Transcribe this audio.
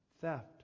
theft